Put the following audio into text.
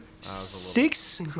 six